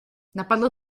napadl